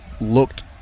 looked